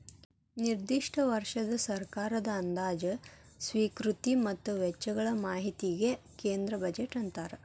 ನಿರ್ದಿಷ್ಟ ವರ್ಷದ ಸರ್ಕಾರದ ಅಂದಾಜ ಸ್ವೇಕೃತಿ ಮತ್ತ ವೆಚ್ಚಗಳ ಮಾಹಿತಿಗಿ ಕೇಂದ್ರ ಬಜೆಟ್ ಅಂತಾರ